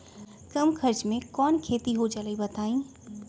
कम खर्च म कौन खेती हो जलई बताई?